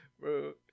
bro